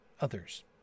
others